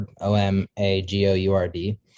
o-m-a-g-o-u-r-d